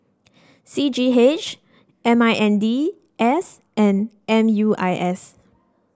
C G H M I N D S and M U I S